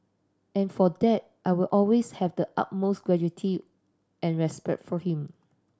and for that I will always have the utmost gratitude and respect for him